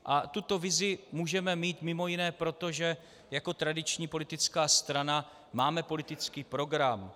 A tuto vizi můžeme mít mimo jiné proto, že jako tradiční politická strana máme politický program.